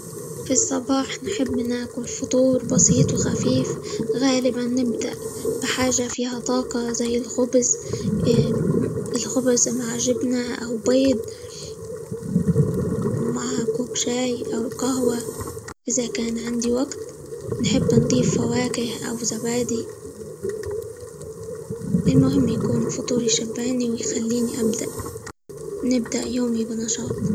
في الصباح نحب ناكل فطور بسيط، وخفيف، غالبًا نبدأ بحاجة فيها طاقة زي الخبز الخبز مع جبنة، أو بيض، ومع كوب شاي، أو قهوة، إذا كان عندي وقت نحب نضيف فواكه، أو زبادي، المهم يكون فطور يشبعني، ويخليني -أبدأ- نبدأ يومي بنشاط.